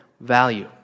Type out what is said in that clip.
value